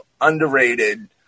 underrated